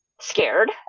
scared